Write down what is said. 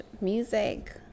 Music